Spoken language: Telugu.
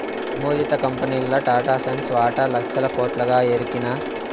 నమోదిత కంపెనీల్ల టాటాసన్స్ వాటా లచ్చల కోట్లుగా ఎరికనా